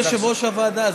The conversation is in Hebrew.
אני יושב-ראש הוועדה,